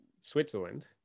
Switzerland